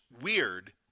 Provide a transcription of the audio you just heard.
weird